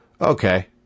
Okay